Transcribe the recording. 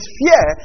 fear